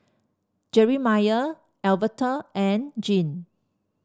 Jerimiah Alverta and Jean